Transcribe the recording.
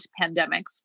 pandemics